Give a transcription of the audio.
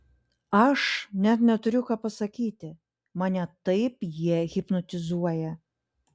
aš net neturiu ką pasakyti mane taip jie hipnotizuoja